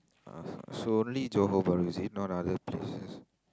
ah so only Johor-Bahru is it not other places